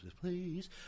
please